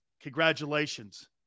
Congratulations